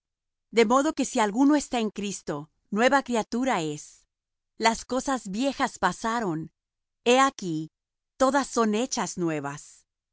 de modo que si alguno está en cristo nueva criatura es las cosas viejas pasaron he aquí todas son hechas nuevas